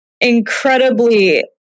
incredibly